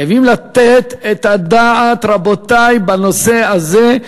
חייבים לתת את הדעת בנושא הזה,